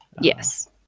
Yes